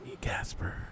Casper